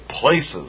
places